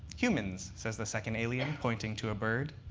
humans, says the second alien, pointing to a bird.